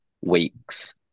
weeks